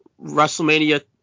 WrestleMania